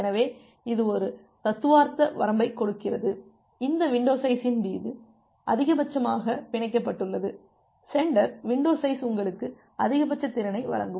எனவே இது ஒரு தத்துவார்த்த வரம்பைக் கொடுக்கிறது இந்த வின்டோ சைசின் மீது அதிகபட்சமாக பிணைக்கப்பட்டுள்ளது சென்டர் வின்டோ சைஸ் உங்களுக்கு அதிகபட்ச திறனை வழங்கும்